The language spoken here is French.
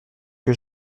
que